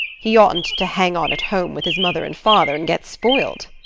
he oughtn't to hang on at home with his mother and father, and get spoilt.